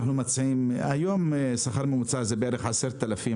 היום השכר הממוצע הוא בערך 10,000,